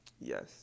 yes